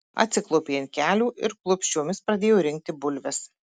atsiklaupė ant kelių ir klūpsčiomis pradėjo rinkti bulves